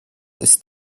ist